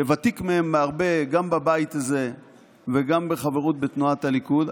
שוותיק מהם בהרבה גם בבית הזה וגם בחברות בתנועת הליכוד,